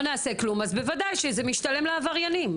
נעשה כלום אז בוודאי שזה משתלם לעבריינים,